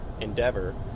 endeavor